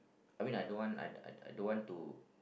I mean I don't want I I I don't want to